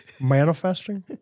Manifesting